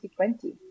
2020